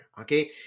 okay